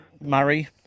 Murray